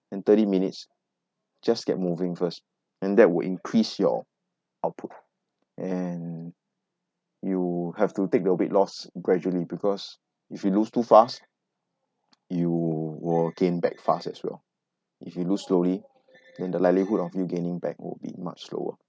then thirty minutes just get moving first and that would increase your output and you have to take the weight loss gradually because if you lose too fast you will gain back fast as well if you lose slowly then the likelihood of you gaining back will be much slower